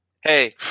hey